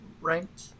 ranked